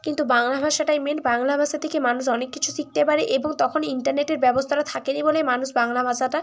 কিন্তু বাংলা ভাষাটাই মেন বাংলা ভাষা থেকে মানুষ অনেক কিছু শিখতে পারে এবং তখনই ইন্টারনেটের ব্যবস্থাটা থাকেনি বলে মানুষ বাংলা ভাষাটা